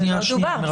שנייה, מירב.